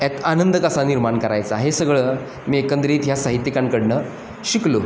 त्यात आनंद कसा निर्माण करायचा हे सगळं मी एकंदरीत ह्या साहित्यिकांकडून शिकलो